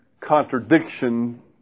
contradiction